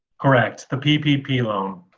correct. the ppp loan.